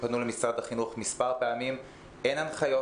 פנו למשרד החינוך כמה פעמים אין הנחיות,